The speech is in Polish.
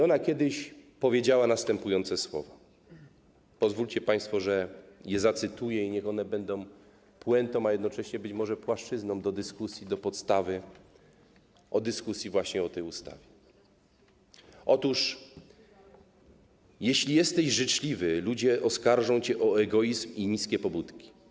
Ona kiedyś powiedziała następujące słowa, pozwólcie państwo, że je zacytuję, niech one będą puentą, a jednocześnie być może płaszczyzną do dyskusji, podstawą do dyskusji właśnie o tej ustawie: Jeśli jesteś życzliwy, ludzie oskarżą cię o egoizm i niskie pobudki.